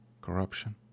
corruption